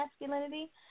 masculinity